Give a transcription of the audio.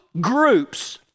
groups